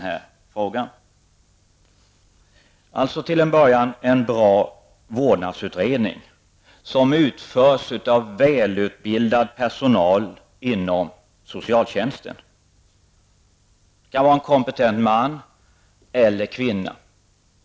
Det behövs till en början en bra vårdnadsutredning som utförs av välutbildad personal inom socialtjänsten. Det kan vara en kompetent man eller kvinna.